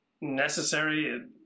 necessary